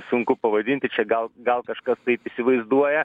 sunku pavadinti čia gal gal kažkas taip įsivaizduoja